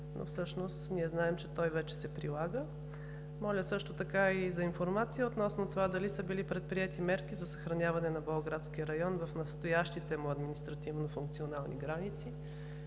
но всъщност ние знаем, че той вече се прилага. Моля също така и за информация относно това дали са били предприети мерки за съхраняване на Болградския район в настоящите му административно-функционални граници.